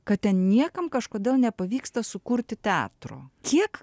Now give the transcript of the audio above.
kad ten niekam kažkodėl nepavyksta sukurti teatro kiek